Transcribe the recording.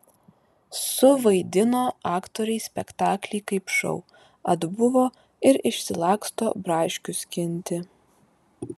suvaidino aktoriai spektaklį kaip šou atbuvo ir išsilaksto braškių skinti